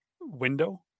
window